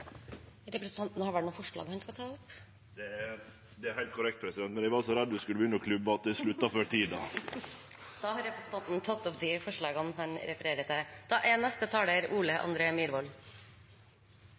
Representanten har vel noen forslag han skal ta opp. Det er heilt korrekt, men eg var så redd presidenten skulle begynne å klubbe at eg slutta før tida! Eg tek opp dei forslaga Framstegspartiet er med på. Representanten Jon Georg Dale har da tatt opp de forslagene han refererte til.